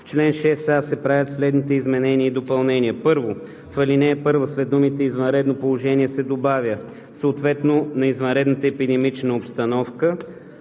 В чл. 6а се правят следните изменения и допълнения: 1. В ал. 1 след думите „извънредното положение“ се добавя „съответно на извънредната епидемична обстановка“,